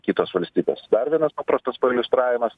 kitos valstybės dar vienas paprastas iliustravimas